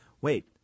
Wait